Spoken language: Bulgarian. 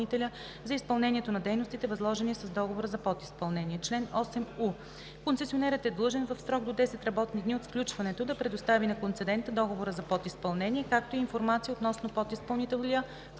за изпълнението на дейностите, възложени с договора за подизпълнение. Чл. 8у. Концесионерът е длъжен в срок до 10 работни дни от сключването да предостави на концедента договора за подизпълнение, както и информация относно подизпълнителя,